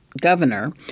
Governor